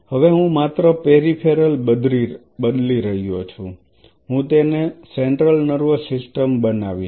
હવે હું માત્ર પેરિફેરલ બદલી રહ્યો છું હું તેને સેન્ટ્રલ નર્વસ સિસ્ટમ બનાવીશ